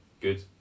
good